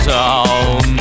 town